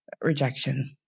rejection